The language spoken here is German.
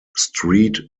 street